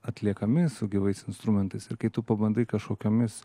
atliekami su gyvais instrumentais ir kai tu pabandai kažkokiomis